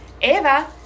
Eva